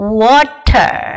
water